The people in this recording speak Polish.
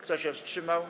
Kto się wstrzymał?